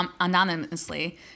anonymously